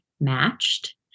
matched